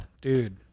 dude